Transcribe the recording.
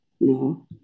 No